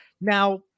Now